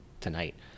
tonight